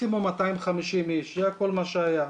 מקסימום 250 איש, זה כל מה שהיה.